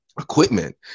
equipment